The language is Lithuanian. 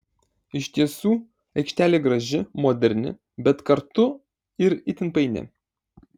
iš tiesų aikštelė graži moderni bet kartu ir itin paini